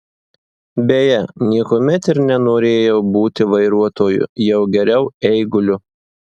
beje niekuomet ir nenorėjau būti vairuotoju jau geriau eiguliu